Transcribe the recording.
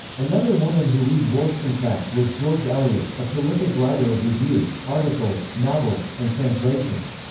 another woman who read wollstonecraft was george eliot, a prolific writer of reviews, articles, novels, and translations.